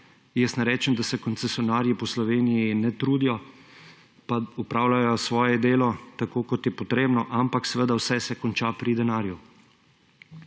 Ne rečem, da se koncesionarji po Sloveniji ne trudijo, pa opravljajo svoje delo, tako kot je potrebno, ampak seveda vse se konča pri denarju.